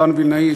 מתן וילנאי,